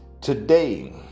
today